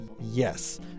Yes